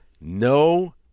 No